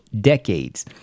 decades